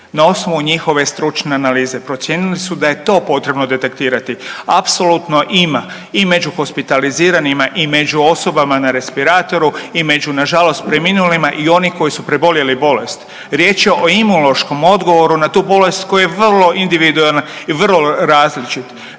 Na osnovu njihove stručne analize procijenili su da je to potrebno detektira, apsolutno ima i među hospitaliziranima i među osobama na respiratoru i među nažalost preminulima i one koji su preboljeli bolest. Riječ je o imunološkom odgovoru na tu bolest koja je vrlo individualna i vrlo različit.